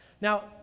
Now